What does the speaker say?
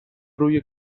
روی